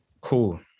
Cool